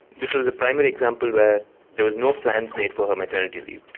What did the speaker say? this was a primary example where there was no plans made for her maternity leave.